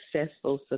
successful